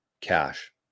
cash